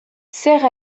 zer